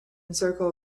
circle